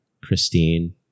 Christine